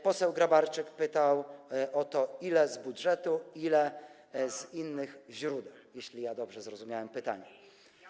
Poseł Grabarczyk pytał o to, ile z budżetu, ile z innych źródeł, jeśli dobrze zrozumiałem pytanie.